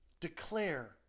Declare